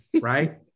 Right